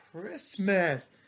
Christmas